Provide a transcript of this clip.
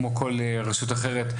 כמו כל רשות אחרת,